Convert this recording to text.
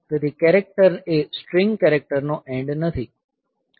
તેથી કેરેક્ટર એ string character નો એન્ડ નથી